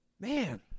Man